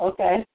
Okay